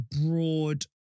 broad